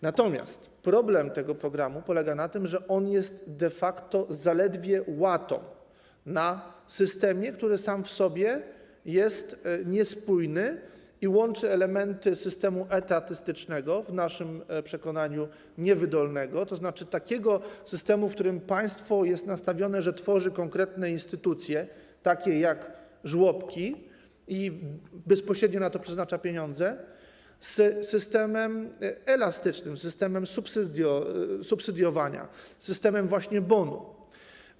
Natomiast problem w przypadku tego programu polega na tym, że on jest de facto zaledwie łatą na systemie, który sam w sobie jest niespójny i łączy elementy systemu etatystycznego, w naszym przekonaniu niewydolnego, to znaczy takiego systemu, w którym państwo jest nastawione na to, że tworzy konkretne instytucje, takie jak żłobki, i bezpośrednio na to przeznacza pieniądze, z systemem elastycznym, systemem subsydiowania, systemem właśnie bonu.